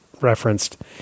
referenced